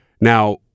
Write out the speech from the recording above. Now